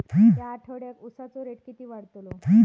या आठवड्याक उसाचो रेट किती वाढतलो?